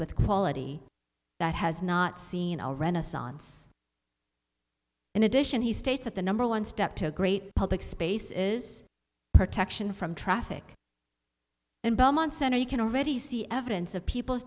with quality that has not seen a renaissance in addition he states that the number one step to a great public space is protection from traffic and belmont center you can already see evidence of people's